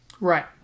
Right